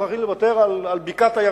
מוכרחים לוותר על בקעת-הירדן,